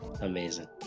Amazing